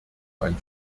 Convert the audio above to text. ein